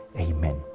Amen